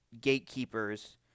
gatekeepers